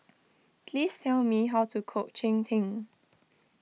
please tell me how to cook Cheng Tng